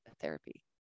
therapy